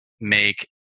make